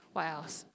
what else